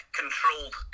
controlled